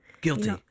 Guilty